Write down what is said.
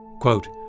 Quote